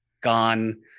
gone